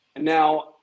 Now